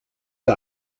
der